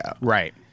right